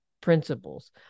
principles